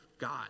God